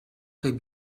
der